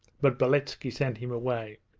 but beletski sent him away.